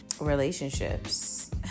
relationships